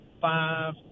five